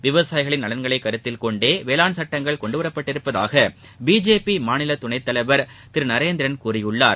விவசாயிகளின் நலனை கருத்தில்கொண்டே வேளாண் சட்டங்கள் கொண்டுவரப்பட்டுள்ளதாக பிஜேபி மாநில துணைத்தலைவர் திரு நரேந்திரன் கூறியுள்ளார்